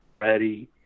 ready